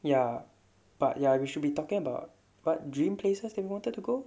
ya but ya we should be talking about what dream places that we wanted to go